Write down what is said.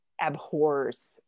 abhors